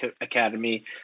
Academy